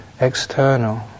external